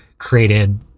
created